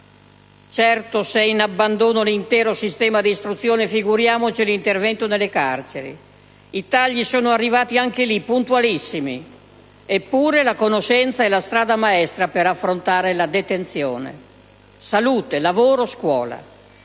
Certo, se è in abbandono l'intero sistema di istruzione figuriamoci l'intervento nelle carceri: i tagli sono arrivati anche lì, puntualissimi; eppure, la conoscenza è la strada maestra per affrontare la detenzione. Salute, lavoro, scuola: